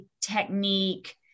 technique